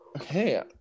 Okay